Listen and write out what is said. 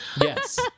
yes